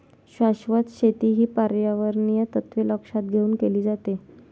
शाश्वत शेती ही पर्यावरणीय तत्त्वे लक्षात घेऊन केली जाते